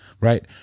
right